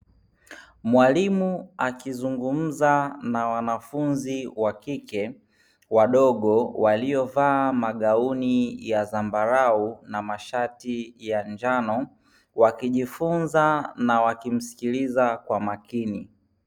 Mwalimu akizungumza na wanafunzi wakike wadogo waliovaa magauni ya zambarau na mashati ya njano, wakijifunza na wakimsikiliza kwa makini.